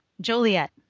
Joliet